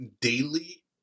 daily